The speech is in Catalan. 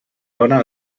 dóna